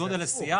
זה לא החוק.